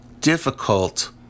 difficult